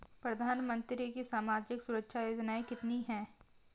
प्रधानमंत्री की सामाजिक सुरक्षा योजनाएँ कितनी हैं?